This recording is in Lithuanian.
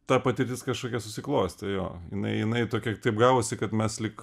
ta patirtis kažkokia susiklostė jo jinai jinai tokia taip gavosi kad mes lyg